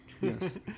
yes